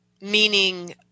meaning